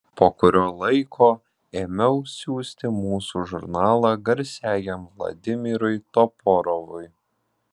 po kurio laiko ėmiau siųsti mūsų žurnalą garsiajam vladimirui toporovui